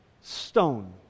stone